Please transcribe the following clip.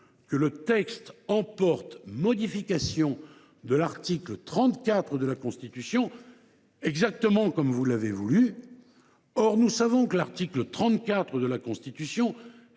que le texte emporte modification de l’article 34 de la Constitution, exactement comme vous l’avez voulu. Or nous savons que l’article 34 de la Constitution